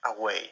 away